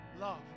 love